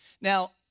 Now